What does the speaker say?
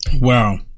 Wow